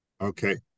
Okay